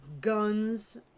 guns